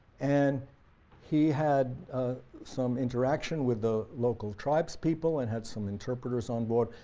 and he had some interactions with the local tribe's people and had some interpreters on board.